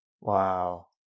Wow